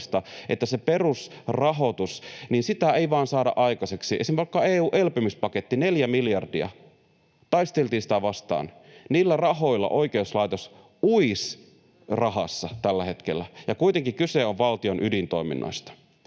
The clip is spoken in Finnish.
että sitä perusrahoitusta ei vain saada aikaiseksi. Esimerkiksi vaikka EU:n elpymispaketti, neljä miljardia, taisteltiin sitä vastaan. Niillä rahoilla oikeuslaitos uisi rahassa tällä hetkellä, ja kuitenkin kyse on valtion ydintoiminnoista.